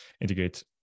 integrate